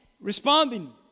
Responding